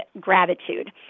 gratitude